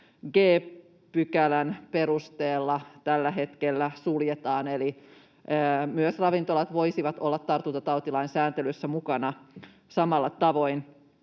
58 g §:n perusteella tällä hetkellä suljetaan, eli ravintolat voisivat olla tartuntatautilain sääntelyssä mukana samalla tavoin.